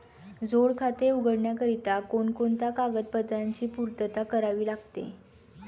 जोड खाते उघडण्याकरिता कोणकोणत्या कागदपत्रांची पूर्तता करावी लागते?